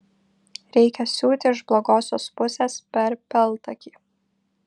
reikia siūti iš blogosios pusės per peltakį